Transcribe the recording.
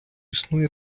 існує